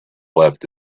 left